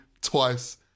twice